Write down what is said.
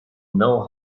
know